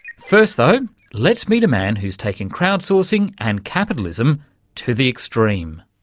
first though let's meet a man who's taken crowd-sourcing and capitalism to the extreme.